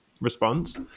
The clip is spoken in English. response